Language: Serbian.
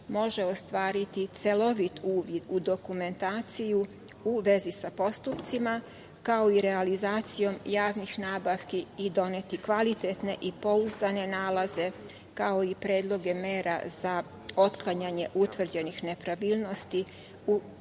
može ostvariti celovit uvid u dokumentaciju u vezi sa postupcima, kao i realizacijom javnih nabavki i doneti kvalitetne i pouzdane nalaze, kao i predloge mera za otklanjanje utvrđenih nepravilnosti i